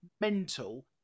mental